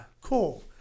cool